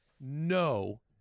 no –